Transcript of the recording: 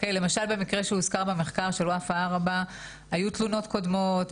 למשדל במקרה שהוזכר במחקר של וופא ארבע היו תלונות קודמות,